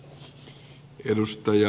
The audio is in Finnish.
arvoisa puhemies